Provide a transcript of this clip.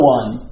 one